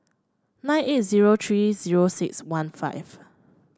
nine eight zero three zero six one five